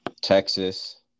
Texas